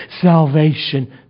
salvation